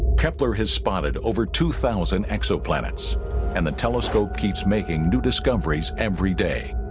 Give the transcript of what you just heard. kepler has spotted over two thousand exoplanets and the telescope keeps making new discoveries every day